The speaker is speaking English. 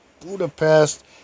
Budapest